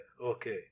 okay